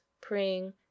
praying